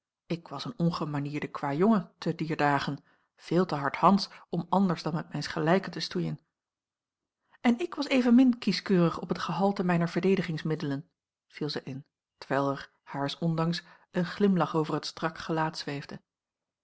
ik was een ongemanierde kwajongen te dier dagen veel te hardhands om anders dan met mijns gelijken te stoeien en ik was evenmin kieschkeurig op het gehalte mijner verdedigingsmiddelen viel zij in terwijl er haars ondanks een glimlach over het strak